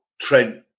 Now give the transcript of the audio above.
Trent